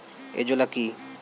Azolla কি?